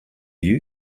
you